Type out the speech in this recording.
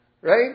Right